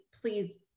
please